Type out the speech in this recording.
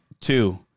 two